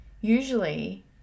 usually